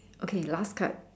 okay last card